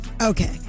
Okay